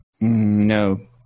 No